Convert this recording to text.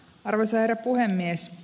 arvoisa herra puhemies